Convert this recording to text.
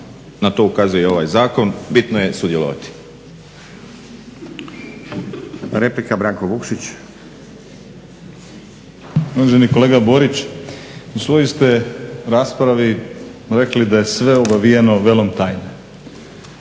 na to ukazuje i ovaj zakon "Bitno je sudjelovati.".